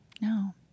No